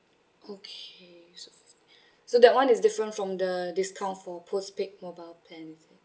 okay so so that one is different from the discount for postpaid mobile plan